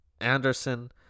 Anderson